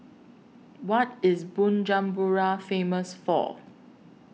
What IS Bujumbura Famous For